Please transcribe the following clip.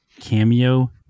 cameo